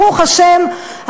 ברוך השם,